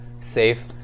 safe